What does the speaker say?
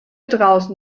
draußen